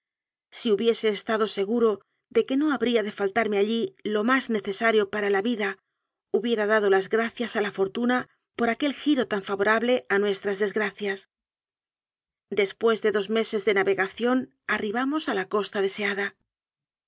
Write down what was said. si hubiese estado seguro de que no habría de faltarme allí lo más necesario para la vida hubiera dado las gracias a la fortuna por aquel giro tan favorable a nuestras desgracias después de dos meses ide navegación arribamos a la costa deseada